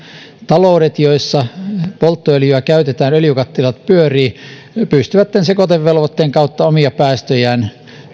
taloudet joissa polttoöljyä käytetään öljykattilat pyörivät pystyvät tämän sekoitevelvoitteen kautta omia päästöjään